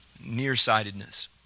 Nearsightedness